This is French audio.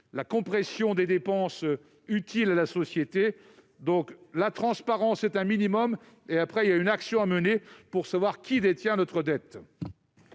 la compression des dépenses utiles à la société. La transparence est un minimum, et une action reste à mener pour savoir qui détient notre dette